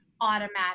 automatic